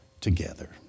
together